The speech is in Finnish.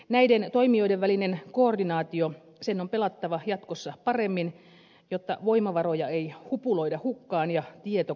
näiden toimijoiden välisen koordinaation on pelattava jatkossa paremmin jotta voimavaroja ei hupuloida hukkaan ja tieto kulkee